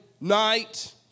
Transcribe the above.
night